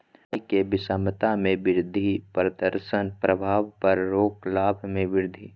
आय के विषमता में वृद्धि प्रदर्शन प्रभाव पर रोक लाभ में वृद्धि